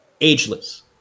ageless